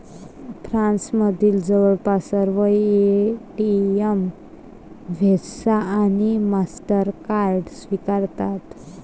फ्रान्समधील जवळपास सर्व एटीएम व्हिसा आणि मास्टरकार्ड स्वीकारतात